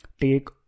take